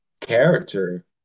character